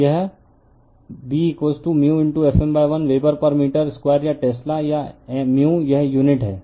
तो B Fm l weber पर मीटर2 या टेस्ला या μ यह यूनिट है